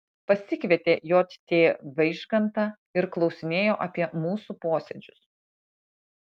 pasikvietė j t vaižgantą ir klausinėjo apie mūsų posėdžius